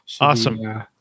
awesome